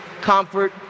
Comfort